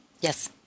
yes